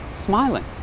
smiling